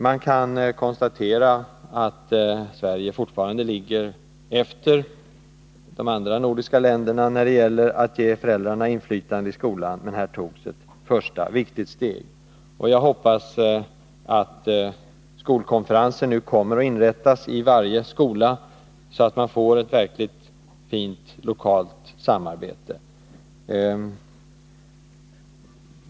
Man kan konstatera att Sverige fortfarande ligger efter de andra nordiska länderna när det gäller föräldrarnas inflytande i skolan, men här togs ett första viktigt steg. Jag hoppas att skolkonferenser nu kommer att inrättas i varje skola, så att vi får ett verkligt fint lokalt samarbete.